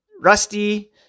rusty